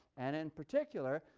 and in particular,